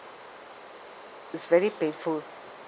it's very painful